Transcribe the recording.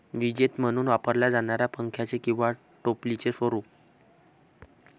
विजेते म्हणून वापरल्या जाणाऱ्या पंख्याचे किंवा टोपलीचे स्वरूप